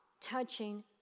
touching